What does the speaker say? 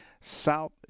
South